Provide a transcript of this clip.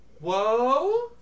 Whoa